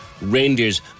Reindeers